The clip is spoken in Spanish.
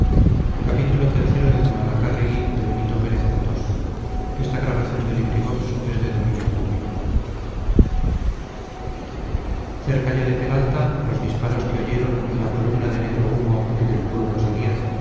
cerca ya de peralta los disparos que oyeron y la columna de negro humo que del pueblo salía